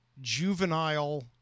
juvenile